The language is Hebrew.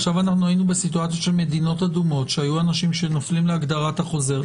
עכשיו היינו במצב של מדינות אדומות שהיו אנשים שנופלים להגדרת החוזר,